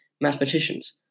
mathematicians